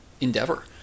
endeavor